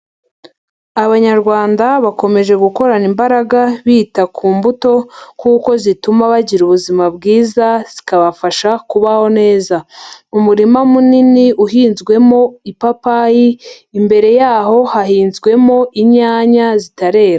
Abanyarwanda bakomeje gukorana imbaraga bita ku mbuto kuko zituma bagira ubuzima bwiza zikabafasha kubaho neza. Umurima munini uhinzwemo ipapayi, imbere yaho hahinzwemo inyanya zitarera.